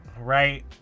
right